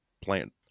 plant